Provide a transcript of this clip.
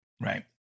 Right